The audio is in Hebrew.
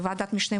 זאת ועדת משנה,